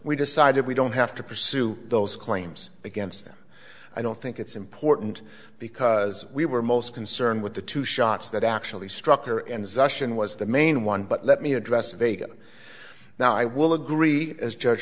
we decided we don't have to pursue those claims against them i don't think it's important because we were most concerned with the two shots that actually struck her and zeshan was the main one but let me address vega now i will agree as judge